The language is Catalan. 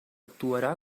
actuarà